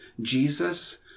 Jesus